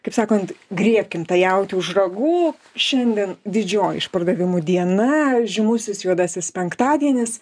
kaip sakant griebkim tą jautį už ragų šiandien didžioji išpardavimų diena žymusis juodasis penktadienis